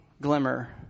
glimmer